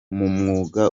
mwuga